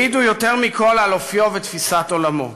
העידו יותר מכול על אופיו ותפיסת עולמו.